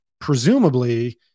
presumably